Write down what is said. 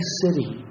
city